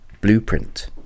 blueprint